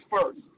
first